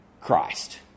Christ